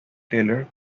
taylor